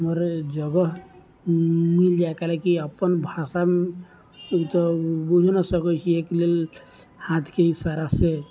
हमर जगह मिल जाइ कैलय कि अपन भाषा तऽ बुझऽ नहि सकै छी अयके लेल हाथके इशारासँ